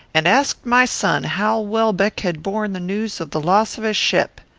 and asked my son how welbeck had borne the news of the loss of his ship.